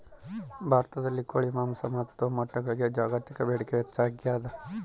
ಭಾರತದಲ್ಲಿ ಕೋಳಿ ಮಾಂಸ ಮತ್ತು ಮೊಟ್ಟೆಗಳಿಗೆ ಜಾಗತಿಕ ಬೇಡಿಕೆ ಹೆಚ್ಚಾಗ್ಯಾದ